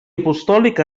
apostòlic